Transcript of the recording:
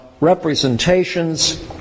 representations